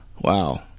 Wow